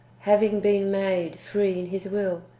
having been made free in his will,